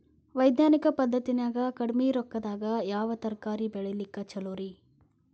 ವೈಜ್ಞಾನಿಕ ಪದ್ಧತಿನ್ಯಾಗ ಕಡಿಮಿ ರೊಕ್ಕದಾಗಾ ಯಾವ ತರಕಾರಿ ಬೆಳಿಲಿಕ್ಕ ಛಲೋರಿ?